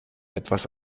etwas